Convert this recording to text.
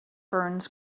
ferns